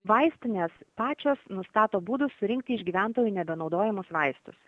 vaistinės pačios nustato būdus surinkti iš gyventojų nebenaudojamus vaistus